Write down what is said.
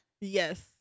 Yes